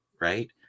right